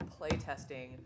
playtesting